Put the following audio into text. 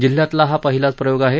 जिल्ह्यातला हा पहिलाच प्रयोग आहे